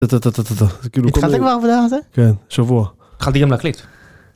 תותותותותותו זה כאילו... התחלת כבר עם הדבר הזה? כן. שבוע. התחלתי גם להקליט.